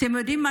אתם יודעים מה